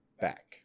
back